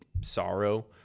sorrow